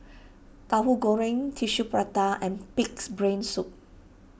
Tahu Goreng Tissue Prata and Pig's Brain Soup